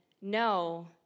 no